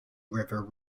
river